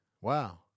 Wow